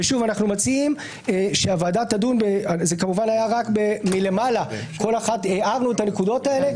זה היה רק מלמעלה, והארנו את הנקודות האלה.